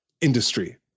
industry